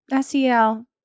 SEL